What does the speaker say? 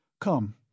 Come